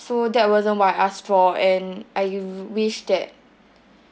so that wasn't what I asked for and I wished that